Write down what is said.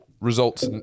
results